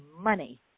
money